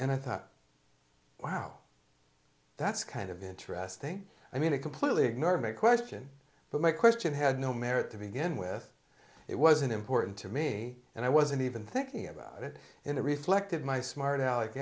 and i thought wow that's kind of interesting i mean a completely ignored my question but my question had no merit to begin with it wasn't important to me and i wasn't even thinking about it in a reflective my smart alec